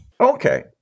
Okay